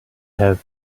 have